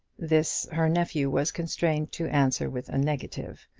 this her nephew was constrained to answer with a negative,